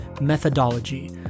methodology